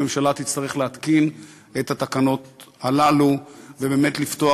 הממשלה תצטרך להתקין את התקנות הללו ובאמת לפתוח